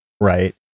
Right